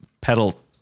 pedal